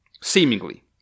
Seemingly